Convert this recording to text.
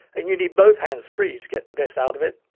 and you need both hands free to get the best out of it.